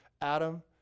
Adam